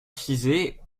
classe